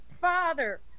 Father